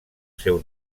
seu